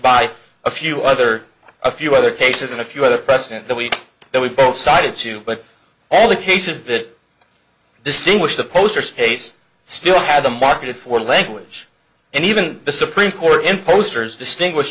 by a few other a few other cases and if you had a president that we that we both sides too but all the cases that distinguish the poster space still had the market for language and even the supreme court in posters distinguish